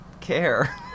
care